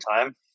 time